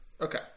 Okay